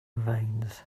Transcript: veins